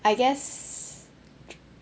I guess